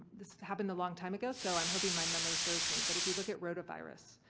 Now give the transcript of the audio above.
this happened a long time ago, so i'm hoping my memory serves me, but if you look at rotavirus,